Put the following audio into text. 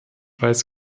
weiß